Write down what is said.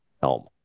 helm